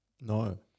No